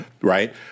right